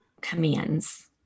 commands